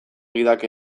gidak